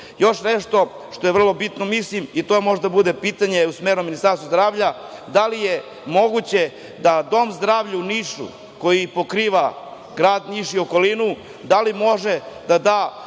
nešto što je vrlo bitno, i to može da bude pitanje usmereno Ministarstvu zdravlja, da li je moguće da Dom zdravlja u Nišu koji pokriva grad Niš i okolinu, da li može da da